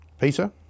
Peter